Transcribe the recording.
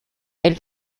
elle